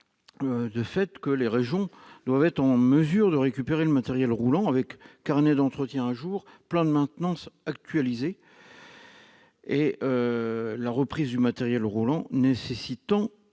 insiste, les régions doivent être en mesure de récupérer le matériel roulant avec le carnet d'entretien à jour et les plans de maintenance actualisés. La reprise du matériel roulant nécessite